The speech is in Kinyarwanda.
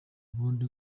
ubundi